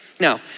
Now